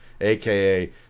AKA